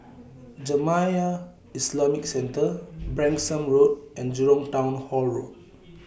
Jamiyah Islamic Centre Branksome Road and Jurong Town Hall Road